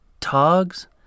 togs